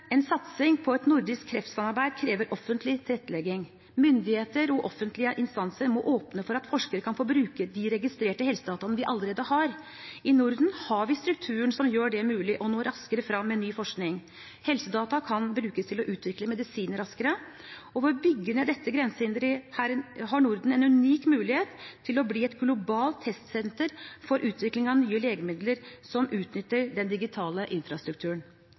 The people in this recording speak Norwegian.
En satsing på et nordisk kreftsamarbeid krever offentlig tilrettelegging. Myndigheter og offentlige instanser må åpne for at forskere kan få bruke de registrerte helsedataene vi allerede har. I Norden har vi strukturen som gjør det mulig å nå raskere frem med ny forskning. Helsedata kan brukes til å utvikle medisin raskere, og ved å bygge ned dette grensehinderet har Norden en unik mulighet til å bli et globalt testsenter for utvikling av nye legemidler som utnytter den digitale infrastrukturen.